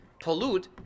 pollute